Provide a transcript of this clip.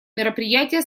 мероприятие